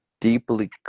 deeply